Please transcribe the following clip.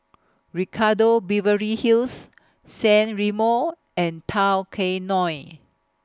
Ricardo Beverly Hills San Remo and Tao Kae Noi